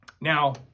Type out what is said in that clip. Now